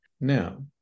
now